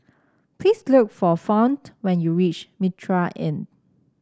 please look for Fount when you reach Mitraa Inn